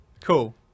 Cool